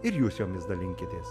ir jūs jomis dalinkitės